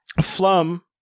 Flum